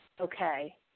okay